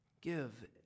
Give